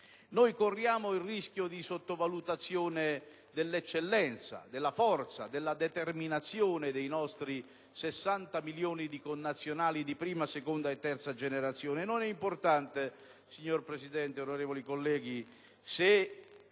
corriamo il rischio di sottovalutare l'eccellenza, la forza e la determinazione dei nostri 60 milioni di connazionali di prima, seconda e terza generazione. Non è importante, signor Presidente, onorevoli colleghi, se